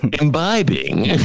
imbibing